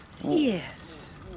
Yes